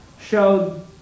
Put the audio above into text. showed